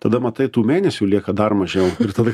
tada matai tų mėnesių lieka dar mažiau ir tada